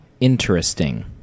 Interesting